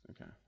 Okay